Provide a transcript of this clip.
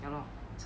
ya lah